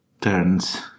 turns